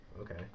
Okay